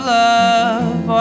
love